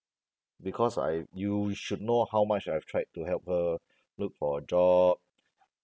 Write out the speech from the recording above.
because I you should know how much I've tried to help her look for a job